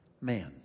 man